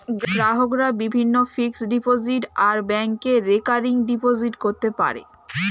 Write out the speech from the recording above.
গ্রাহকরা বিভিন্ন fixed deposit আর ব্যাংকে রেকারিং ডিপোজিট করতে পারে